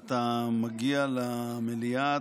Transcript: אתה מגיע למליאה,